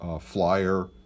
flyer